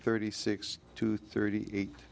thirty six to thirty eight